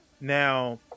now